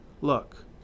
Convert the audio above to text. Look